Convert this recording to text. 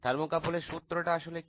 thermocouple এর সূত্র টা আসলে কি